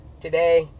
Today